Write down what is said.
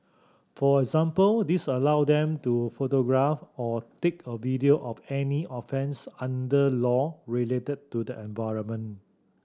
for example this allow them to photograph or take a video of any offence under law related to the environment